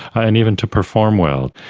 and even to perform well.